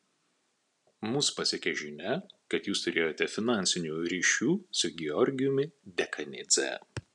mus pasiekė žinia kad jūs turėjote finansinių ryšių su georgijumi dekanidze